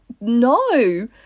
no